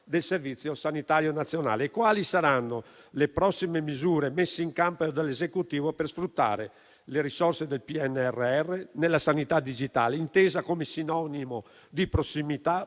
del Servizio sanitario nazionale e quali saranno le prossime misure messe in campo dall'Esecutivo per sfruttare le risorse del PNRR nella sanità digitale, intesa come sinonimo di prossimità,